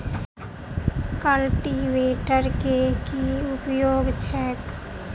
Cultivator केँ की उपयोग छैक?